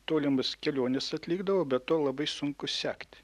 tolimas keliones atlikdavo be to labai sunku sekti